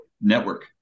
network